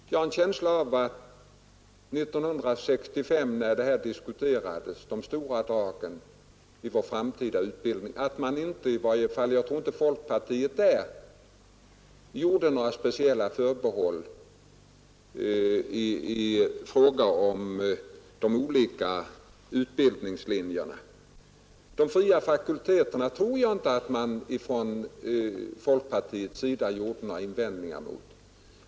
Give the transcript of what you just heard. Jag har en känsla av att 1965, när de stora dragen i vår framtida utbildning diskuterades, gjorde inte folkpartiet några speciella förbehåll i fråga om de olika utbildningslinjerna. Jag tror inte att folkpartiet då gjorde några invändningar i fråga om tillträde till de fria fakulteterna.